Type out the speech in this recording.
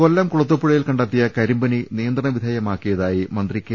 കൊല്ലം കുളത്തൂപ്പുഴയിൽ കണ്ടെത്തിയ കരിമ്പനി നിയ ന്ത്രണവിധേയമാക്കിയതായി മന്ത്രി കെ